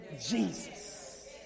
Jesus